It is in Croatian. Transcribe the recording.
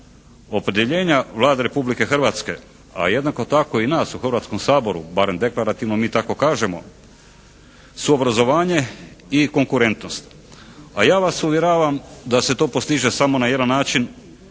Opredjeljenja Vlade Republike Hrvatske, a jednako tako i nas u Hrvatskom saboru, barem deklarativno mi tako kažemo su obrazovanje i konkurentnost. A ja vas uvjeravam da se to postiže samo na jedan način,